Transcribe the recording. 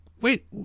Wait